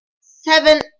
seven